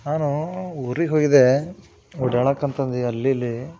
ನಾನು ಊರಿಗೆ ಹೋಗಿದೆ ಓಡಾಡೋ ಅಂತಂದು ಅಲ್ಲಿ ಇಲ್ಲಿ